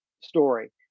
story